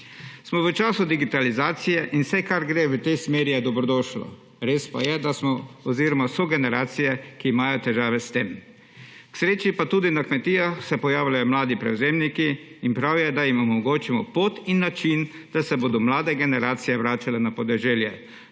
Smo v času digitalizacije in vse, kar gre v tej smeri, je dobrodošlo. Res pa je, da smo oziroma so generacije, ki imajo težave s tem. K sreči pa se tudi na kmetijah pojavljajo mladi prevzemniki in prav je, da jim omogočimo pot in način, da se bodo mlade generacije vračale na podeželje.